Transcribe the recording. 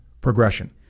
progression